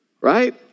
Right